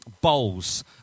bowls